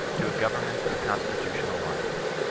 to a government of constitutional violence.